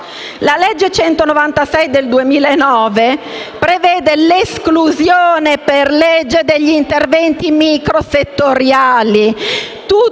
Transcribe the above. La legge n. 196 del 2009 prevede l'esclusione per legge degli interventi microsettoriali.